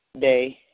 day